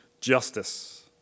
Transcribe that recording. justice